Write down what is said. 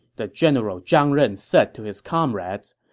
the general zhang ren said to his comrades.